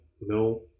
no